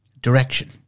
direction